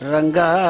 Ranga